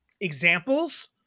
Examples